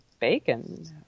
bacon